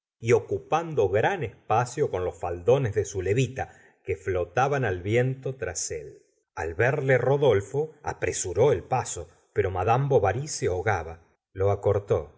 y ocupando gran espacio con los faldones de su levita que flotaban al viento tras él al verle rodolfo apresuró el paso pero madame bovary se ahogaba lo acortó